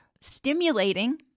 stimulating